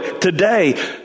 today